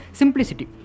simplicity